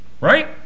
right